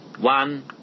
one